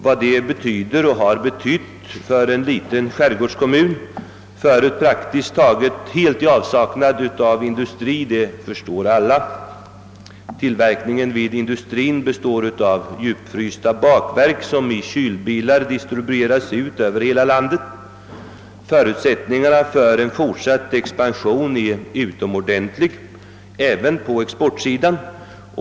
Vad det betyder för en liten skärgårdskommun, förut praktiskt taget helt i avsaknad av industri, förstår alla. Tillverkningen vid industrin består av djupfrysta bakverk, som i kylbilar distribueras ut över hela landet. Förutsättningarna för fortsatt expansion är utomordentliga, även på exportsidan.